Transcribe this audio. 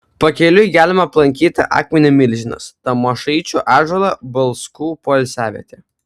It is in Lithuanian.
pakeliui galima aplankyti akmenį milžinas tamošaičių ąžuolą balskų poilsiavietę